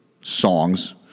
songs